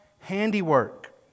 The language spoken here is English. handiwork